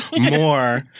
more